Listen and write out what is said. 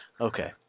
Okay